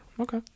Okay